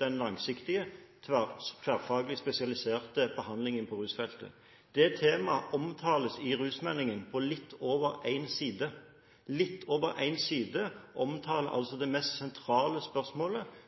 den langsiktige, tverrfaglige, spesialiserte behandlingen på rusfeltet. Det temaet omtales i rusmeldingen på litt over en side. Litt over en side omtaler altså det mest sentrale spørsmålet,